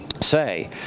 say